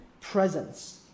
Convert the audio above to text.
presence